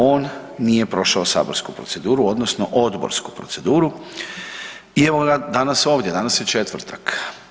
On nije prošao saborsku proceduru, odnosno odborsku proceduru i evo danas ovdje, danas je četvrtak.